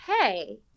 hey